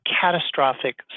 catastrophic